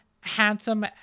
Handsome